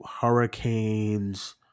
hurricanes